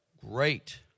great